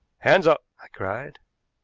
hands up! i cried.